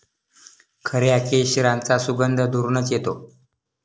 खऱ्या केशराचा सुगंध दुरूनच येतो